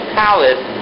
palace